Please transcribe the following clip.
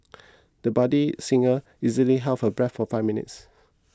the budding singer easily held her breath for five minutes